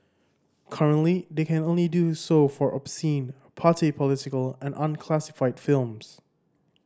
currently they can only do so for obscene party political and unclassified films